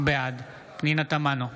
בעד פנינה תמנו,